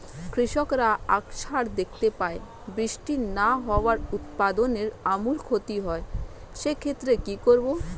কৃষকরা আকছার দেখতে পায় বৃষ্টি না হওয়ায় উৎপাদনের আমূল ক্ষতি হয়, সে ক্ষেত্রে কি করব?